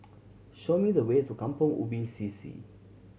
show me the way to Kampong Ubi C C